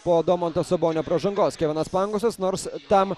po domanto sabonio pražangos kevinas pangosas nors tam